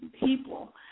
people